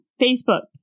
facebook